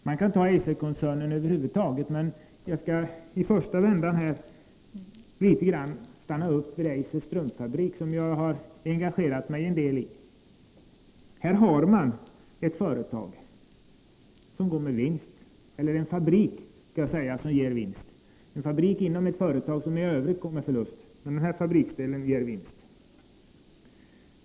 Det gäller Eiserkoncernen över huvud taget, men jag skall i första hand något beröra Eisers strumpfabrik, som jag har engagerat mig litet i. Här finns en fabrik som går med vinst inom ett företag som i övrigt går med förlust.